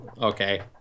Okay